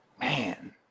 man